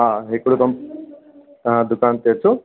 हा हिकिड़ो कंपनी तव्हां दुकान ते अचो